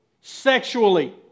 sexually